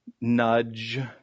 nudge